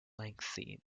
lengthy